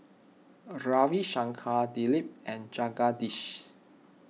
Ravi Shankar Dilip and Jagadish